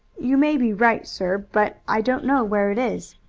you may be right, sir, but i don't know where it is.